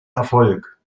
erfolg